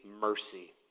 mercy